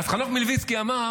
אז חנוך מלביצקי אמר